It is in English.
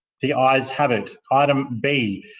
the ayes have it. item b.